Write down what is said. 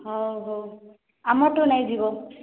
ହଉ ହଉ ଆମ ଠୁ ନେଇଯିବ